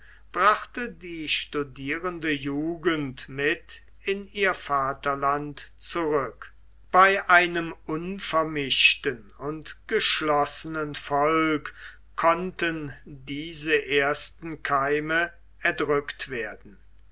brachte die studierende jugend mit in ihr vaterland zurück bei einem unvermischten und geschlossenen volk konnten diese ersten keime erdrückt werden